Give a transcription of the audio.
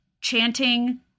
chanting